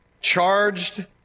charged